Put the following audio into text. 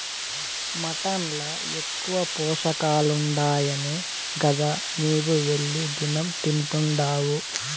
mutton ల ఎక్కువ పోషకాలుండాయనే గదా నీవు వెళ్లి దినం తింటున్డావు